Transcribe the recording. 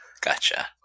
Gotcha